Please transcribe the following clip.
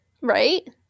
right